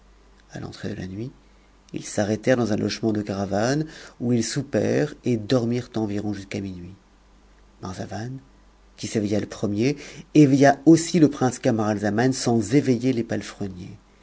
a l'entrée de la nuit ils s'arrêtèrent dans un logement de caravanes où ils soupèrent et dormirent environ jusqu'à minuit marzavan qui s'évei a le premier éveilla aussi le prince cainaralzaiiiail sans éveiller les palefreniers